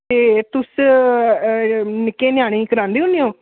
ते तुस निक्के ञ्यानें गी करांदे होने ओ